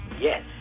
yes